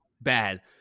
bad